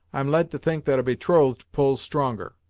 i'm led to think that a betrothed pulls stronger.